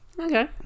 Okay